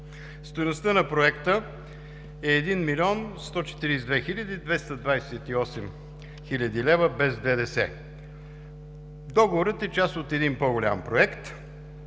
Стойността на Проекта е 1 млн. 142 хил. 228 лв. без ДДС. Договорът е част от един по-голям проект,